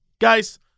Guys